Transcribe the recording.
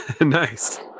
Nice